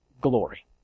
glory